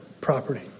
property